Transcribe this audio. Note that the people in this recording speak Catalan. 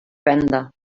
venda